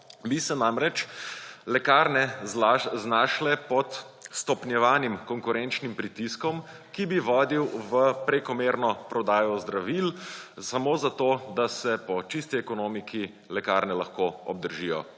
bi se namreč lekarne znašle pod stopnjevanim konkurenčnim pritiskom, ki bi vodil v prekomerno prodajo zdravil samo zato, da se po čisti ekonomiki lekarne lahko obdržijo